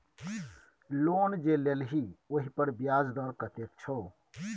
loan जे लेलही ओहिपर ब्याज दर कतेक छौ